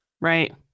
right